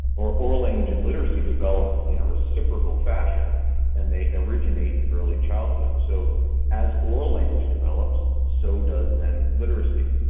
or oral language and literacy develop in a reciprocal fashion and they originate in early childhood so as oral language develops so does then literacy.